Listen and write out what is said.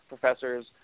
professors